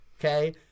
okay –